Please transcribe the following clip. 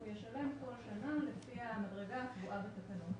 ישלם כל שנה לפי המדרגה הקבועה בתקנות.